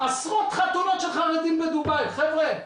עשרות חתונות של חרדים בדובאי חבר'ה,